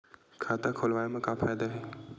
खाता खोलवाए मा का फायदा हे